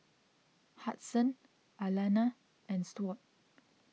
Hudson Alana and Stuart